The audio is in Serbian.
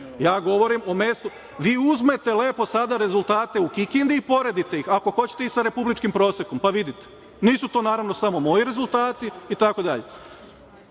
kandidovao. Vi uzmete lepo sada rezultate u Kikindi i poredite ih, ako hoćete i sa republičkim prosekom, pa vidite. Nisu to, naravno, samo moji rezultati itd.